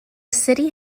city